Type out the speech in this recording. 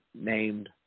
named